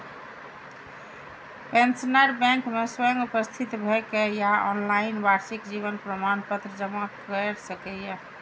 pensioner bank मे स्वयं उपस्थित भए के या ऑनलाइन वार्षिक जीवन प्रमाण पत्र जमा कैर सकैए